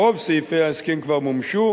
רוב סעיפי ההסכם כבר מומשו,